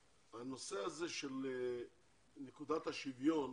הנושא הזה של נקודת השוויון